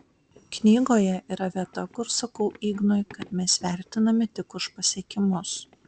knygoje yra vieta kur sakau ignui kad mes vertinami tik už pasiekimus